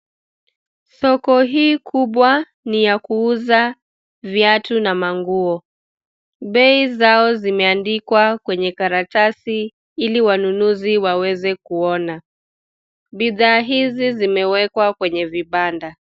Soko hii kubwa ni ya kuuza viatu na manguo. Bei zao zimeandikwa kwenye karatasi ili wanunuzi waweze kuona. Bidhaa hizi zimewekwa kwenye vibanda.